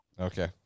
Okay